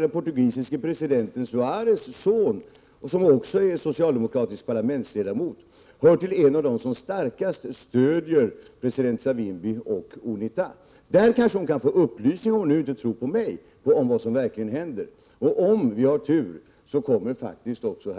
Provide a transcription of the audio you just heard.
Den portugisiske presidenten Soares” son, som också är socialdemokratisk parlamentsledamot, är en av dem som starkast stöder president Savimbi och UNITA. Där kanske Viola Furubjelke kan få upplysningar om vad som verkligen händer, om hon nu inte tror på mig. Om vi har tur kommer herr Soares faktiskt också